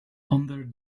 under